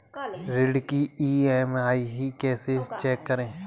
ऋण की ई.एम.आई कैसे चेक करें?